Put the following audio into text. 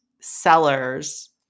sellers